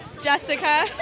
Jessica